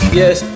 yes